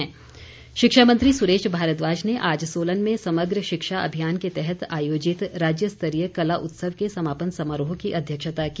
सुरेश भारद्वाज शिक्षा मंत्री सुरेश भारद्वाज ने आज सोलन में समग्र शिक्षा अभियान के तहत आयोजित राज्य स्तरीय कला उत्सव के समापन समारोह की अध्यक्षता की